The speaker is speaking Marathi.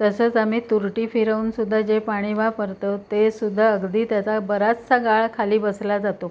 तसंच आम्ही तुरटी फिरवून सुद्धा जे पाणी वापरतो ते सुद्धा अगदी त्याचा बराचसा गाळ खाली बसला जातो